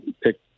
pick